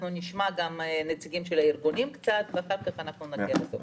נשמע גם נציגים של הארגונים ואחר כך נגיע לזה.